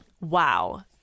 Wow